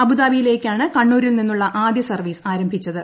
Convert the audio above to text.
അബുദാബിയിലേക്കാണ് കണ്ണൂരിൽ നിന്നുള്ള ആദ്യ സർവ്വീസ് ആരംഭിച്ചത്